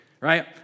right